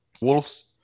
Wolves